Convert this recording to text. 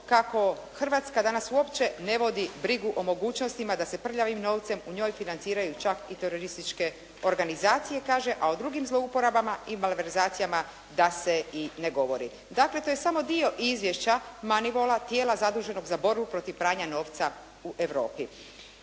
kako Hrvatska danas uopće ne vodi brigu o mogućnostima da se prljavim novcem u njoj financiraju čak i terorističke organizacije kaže, a o drugim zlouporaba i malverzacijama da se i ne govori. Dakle, to je samo dio izvješća MONEYWALL-a, tijela zaduženog za borbu protiv pranja novca u Europi.